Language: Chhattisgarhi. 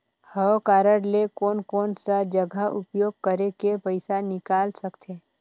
हव कारड ले कोन कोन सा जगह उपयोग करेके पइसा निकाल सकथे?